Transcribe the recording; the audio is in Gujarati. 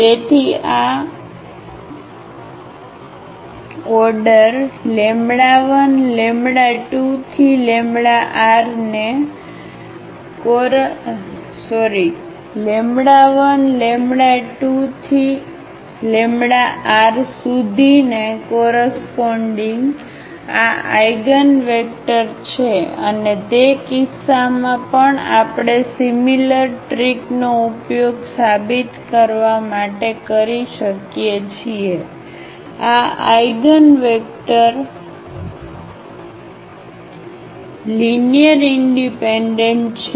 તેથી આ અનુઓર્ડર 12r ને કોરસપોન્ડીગ આ આઆઇગનવેક્ટર છે અને તે કિસ્સામાં પણ આપણે સિમિલર ટ્રીકનો ઉપયોગ સાબિત કરવા માટે કરી શકીએ છીએ કે આ આઇગનવેક્ટર લીનીઅરઇનડિપેન્ડન્ટ છે